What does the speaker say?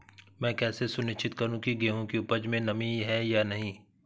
मैं कैसे सुनिश्चित करूँ की गेहूँ की उपज में नमी है या नहीं?